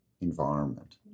environment